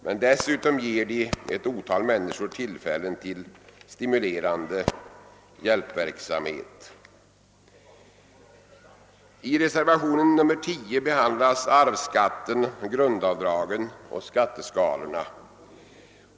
Men dessutom ger de ett otal människor tillfällen till stimulerande hjälpverksamhet. I reservationen 10 behandlas arvsskatten, grundavdragen och skatteskalorna.